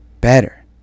better